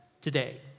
today